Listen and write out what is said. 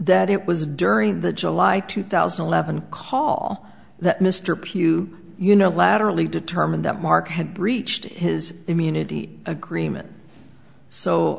that it was during the july two thousand and eleven call that mr pugh you know laterally determined that mark had breached his immunity agreement so